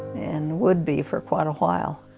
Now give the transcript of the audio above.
and would be for quite a while.